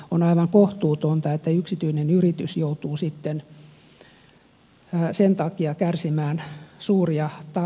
on aivan kohtuutonta että yksityinen yritys joutuu sen takia kärsimään suuria tappioita